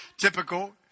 Typical